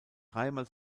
dreimal